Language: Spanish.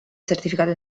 certificado